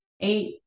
eight